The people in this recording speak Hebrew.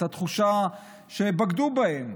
את התחושה שבגדו בהם,